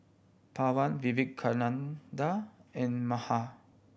Pawan Vivekananda and Medha